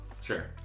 Sure